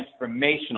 transformational